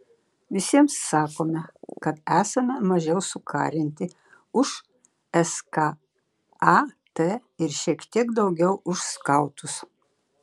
visiems sakome kad esame mažiau sukarinti už skat ir šiek tiek daugiau už skautus